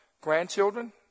Grandchildren